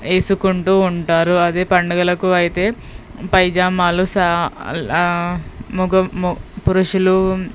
వేసుకుంటూ ఉంటారు అదే పండుగలకు అయితే పైజామాలు సా లా ముగం పురుషులు